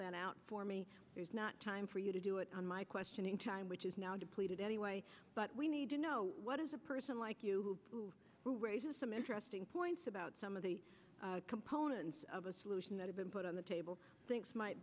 that out for me there's not time for you to do it on my questioning time which is now depleted anyway but we need to know what is a person like you who raises some interesting points about some of the components of a solution that have been put on the table thinks might